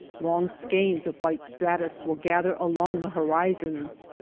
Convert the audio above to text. long skeins of white stratus will gather along the horizons,